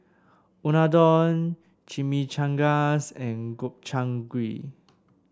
Unadon Chimichangas and Gobchang Gui